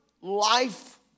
life